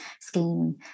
scheme